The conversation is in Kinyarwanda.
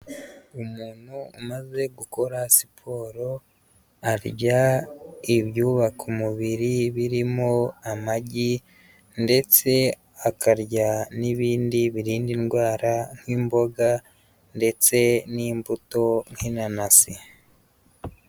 Umuntu umaze gukora siporo arya ibyubaka umubiri birimo amagi ndetse akarya n'ibindi birinda indwara nk'imboga ndetse n'imbuto nk'inanasi.